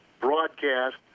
broadcast